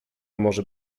może